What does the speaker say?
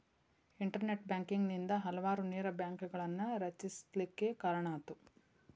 internet banking ನಿಂದಾ ಹಲವಾರು ನೇರ ಬ್ಯಾಂಕ್ಗಳನ್ನ ರಚಿಸ್ಲಿಕ್ಕೆ ಕಾರಣಾತು